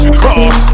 cross